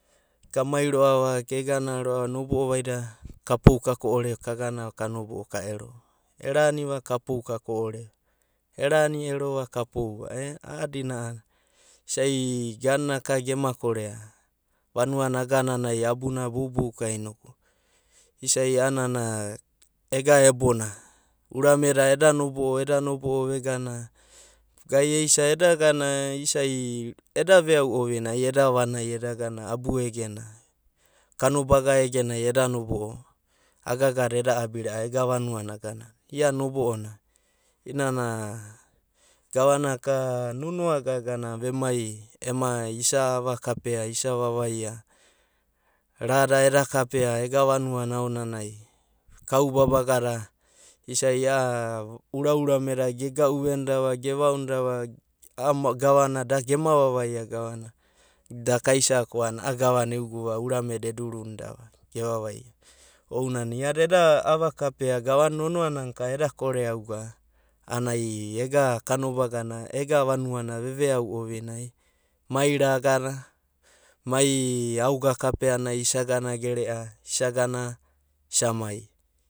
Kaunai roa’va, kaeganaroa’va nobo’o da vaida ka poa ka ko’ore roa’va kagana ka nobo’o, erani va ka pou va ka ko’ore va, erani ero na ka pouka ko’ore e aiadina, isiau gan na ka gema korea vanua na a’gananai abuna ka boubou ka inoku, isai a’anana ega ebona. Urame da eda nobo’o vegana gai eisa eda gana isai eda ve’au ovinai a’ananai eda gana abu egena, kano baga ege nai eda nobo’s aga agada eda abi ra’a ega vanua na aganana, ia nob’o na i’inana gava naka nonoa gaga vemai ema isa ava kapea isa vavia. Ra da eda kapea ega vanua na aonanai karu babaga da isai a’a araurama da gegau venida va gevaonda a’a gava na da gema vavaia gave nana, da kaisaku a’anana a’a gava na eugu va urema da eduruni da va geva vaive iada eda ova kapea gava na nonoana ka eda kore auga a’anai ega kano baga na, ega vania na ve veau ovina ma raga, mai aoga kapenai isa gana gere’a isa gana isc mai.